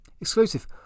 Exclusive